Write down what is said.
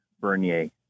Bernier